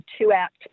two-act